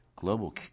global